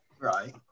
Right